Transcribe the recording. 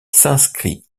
s’inscrit